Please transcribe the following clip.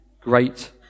great